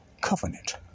covenant